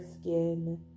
skin